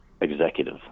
executive